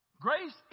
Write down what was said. Grace